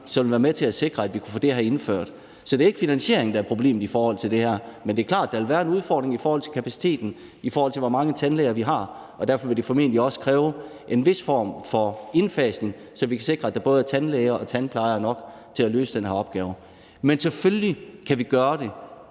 som vil være med til at sikre, at vi kan få det her indført. Så det er ikke finansieringen, der er problemet i det her. Men det er klart, at der vil være en udfordring i forhold til kapaciteten, i forhold til hvor mange tandlæger vi har, og derfor vil det formentlig også kræve en vis form for indfasning, så vi kan sikre, at der både er tandlæger og tandplejere nok til at løse den her opgave. Men selvfølgelig kan vi gøre det.